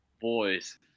boys